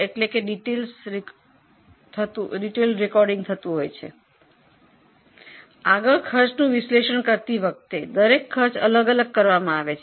પછી ખર્ચનું વિશ્લેષણ કરવા માટે દરેક ખર્ચને અલગ કરવામાં આવે છે